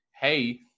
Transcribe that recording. hey